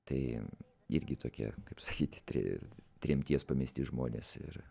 tai irgi tokia kaip sakyti tremties pamesti žmonės ir